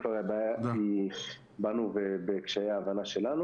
אם כבר הבעיה היא בנו ובקשיי ההבנה שלנו